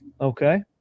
Okay